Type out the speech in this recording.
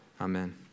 amen